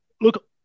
Look